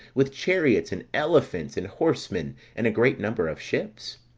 with chariots, and elephants, and horsemen, and a great number of ships